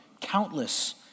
countless